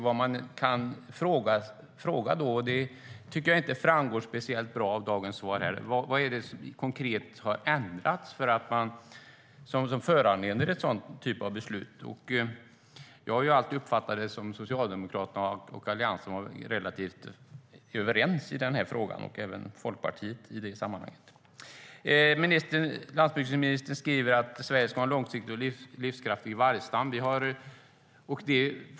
Vad man kan fråga då tycker jag inte besvaras särskilt väl av dagens svar: Vad är det som konkret har ändrats som föranleder ett sådant beslut? Jag har alltid uppfattat det som att Socialdemokraterna och Alliansen har varit relativt överens i den här frågan - även Folkpartiet i det sammanhanget. Landsbygdsministern skriver att Sverige ska ha en långsiktigt livskraftig vargstam.